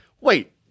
wait